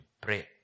pray